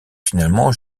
finalement